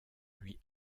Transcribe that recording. lui